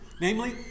Namely